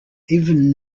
even